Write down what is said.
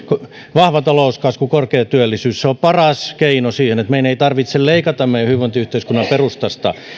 vahva talouskasvu korkea työllisyys se on paras keino siihen että meidän ei tarvitse leikata meidän hyvinvointiyhteiskuntamme perustasta